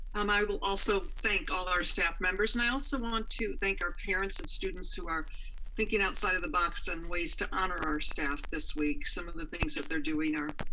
um i will also thank all our staff members, and i also want to thank our parents and students who are thinking outside of the box in ways to honor our staff this week. some of the things that they're doing are